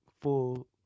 full